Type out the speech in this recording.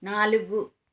నాలుగు